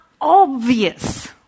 obvious